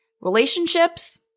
Relationships